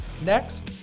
next